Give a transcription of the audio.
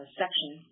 section